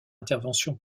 intervention